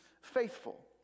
faithful